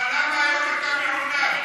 אבל למה היום אתה מעונב?